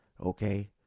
okay